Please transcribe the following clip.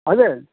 हजुर